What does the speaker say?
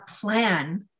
plan